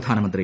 പ്രധാനമന്ത്രി